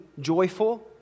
joyful